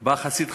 בא חסיד חב"ד,